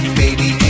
baby